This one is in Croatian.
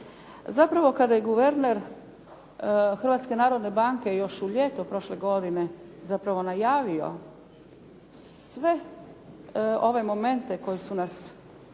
Zapravo kada je guverner Hrvatske narodne banke još u ljeto prošle godine zapravo najavio sve ove momente koji su nas zahvatili